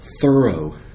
thorough